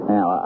Now